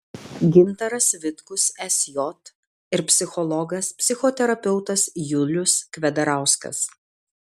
gintaras vitkus sj ir psichologas psichoterapeutas julius kvedarauskas